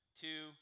two